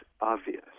obvious